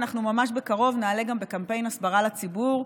אנחנו ממש בקרוב גם נעלה בקמפיין הסברה לציבור,